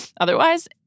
otherwise